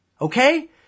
Okay